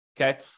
okay